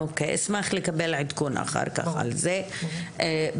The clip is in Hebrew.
אשמח לקבל עדכון אחר כך על זה בכתב.